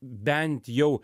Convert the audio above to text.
bent jau